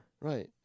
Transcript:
Right